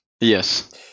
Yes